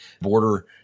border